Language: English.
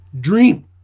dream